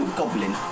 goblin